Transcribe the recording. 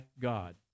God